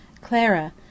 Clara